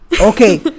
okay